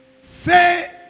Say